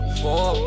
four